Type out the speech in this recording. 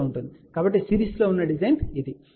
కాబట్టి సిరీస్ లో ఉన్న డిజైన్ ఇదే